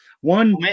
one